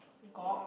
gob